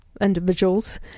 individuals